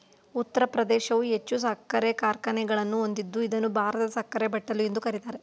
ಉತ್ತರ ಪ್ರದೇಶವು ಹೆಚ್ಚು ಸಕ್ಕರೆ ಕಾರ್ಖಾನೆಗಳನ್ನು ಹೊಂದಿದ್ದು ಇದನ್ನು ಭಾರತದ ಸಕ್ಕರೆ ಬಟ್ಟಲು ಎಂದು ಕರಿತಾರೆ